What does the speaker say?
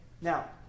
Now